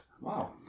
Wow